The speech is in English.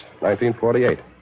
1948